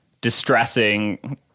distressing